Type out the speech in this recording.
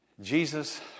Jesus